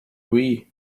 wii